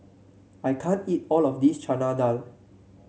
I can't eat all of this Chana Dal